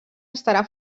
estarà